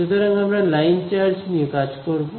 সুতরাং আমরা line charge নিয়ে কাজ করব